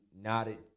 nodded